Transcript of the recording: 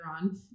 on